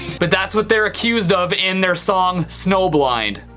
but that's what they're accused of in their song snowblind,